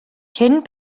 cyn